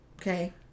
Okay